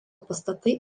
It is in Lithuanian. pastatai